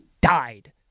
died